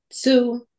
two